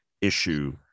issue